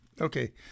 Okay